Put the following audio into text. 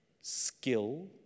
skill